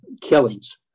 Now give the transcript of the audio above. killings